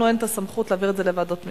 לנו אין סמכות להעביר את זה לוועדות המשנה.